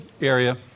area